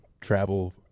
travel